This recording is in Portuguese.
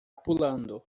pulando